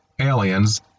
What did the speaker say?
Aliens